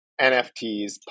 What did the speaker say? NFTs